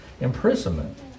imprisonment